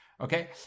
okay